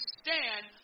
stand